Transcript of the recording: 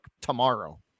tomorrow